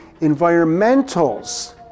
environmentals